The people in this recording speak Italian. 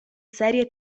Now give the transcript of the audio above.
serie